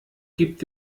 gibt